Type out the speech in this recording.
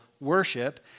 worship